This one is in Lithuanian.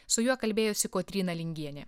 su juo kalbėjosi kotryna lingienė